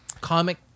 comic